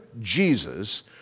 Jesus